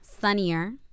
sunnier